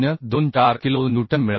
1024 kilo newton मिळत आहे